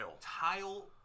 tile